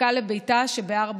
בדרכה לביתה שבהר ברכה.